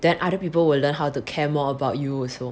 then other people will learn how to care more about you also